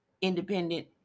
independent